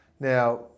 Now